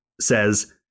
says